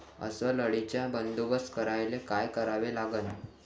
अस्वल अळीचा बंदोबस्त करायले काय करावे लागन?